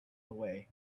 away